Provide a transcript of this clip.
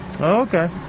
Okay